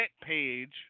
page